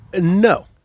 No